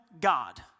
God